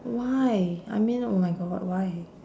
why I mean oh my god why